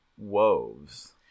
wolves